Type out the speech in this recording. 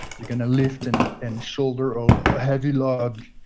you're going to lift and and shoulder a heavy log,